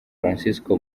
francisco